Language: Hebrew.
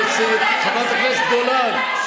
חברת הכנסת עאידה תומא סלימאן,